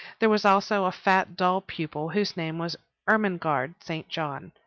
there was also a fat, dull pupil, whose name was ermengarde st. john,